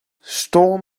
storm